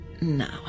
Now